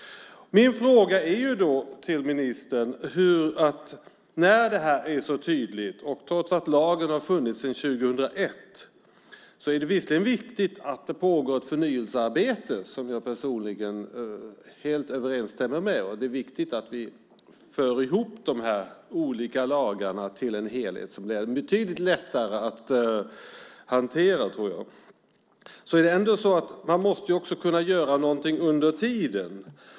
Jag har en fråga till ministern. Att det är så här är tydligt trots att lagen har funnits sedan år 2001. Det är visserligen viktigt att det pågår ett förnyelsearbete, som jag personligen helt är överens om. Det är viktigt att vi för ihop de olika lagarna till en helhet som är betydligt lättare att hantera. Men man måste ändå kunna göra någonting under tiden.